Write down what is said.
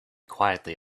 quietly